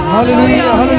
Hallelujah